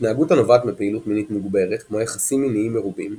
התנהגות הנובעת מפעילות מינית מוגברת כמו יחסים מיניים מרובים,